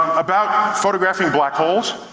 about photographing black holes,